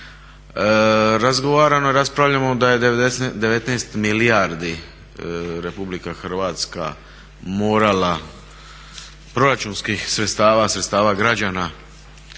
Razgovaramo i raspravljamo da je 19 milijardi RH morala proračunskih sredstava, sredstava građana